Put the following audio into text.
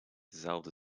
dezelfde